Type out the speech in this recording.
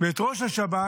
ואת ראש השב"כ